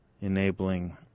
enabling